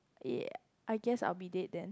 ya I guess I will be dead then